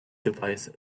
device